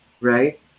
right